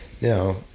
now